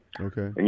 Okay